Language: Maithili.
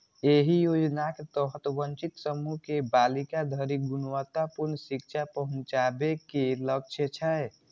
एहि योजनाक तहत वंचित समूह के बालिका धरि गुणवत्तापूर्ण शिक्षा पहुंचाबे के लक्ष्य छै